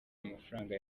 amafaranga